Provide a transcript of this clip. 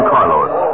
Carlos